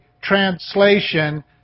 translation